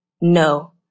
No